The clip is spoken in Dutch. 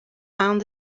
aan